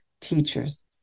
teachers